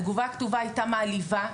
התגובה הכתובה הייתה מעליבה.